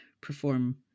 perform